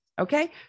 Okay